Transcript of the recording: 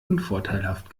unvorteilhaft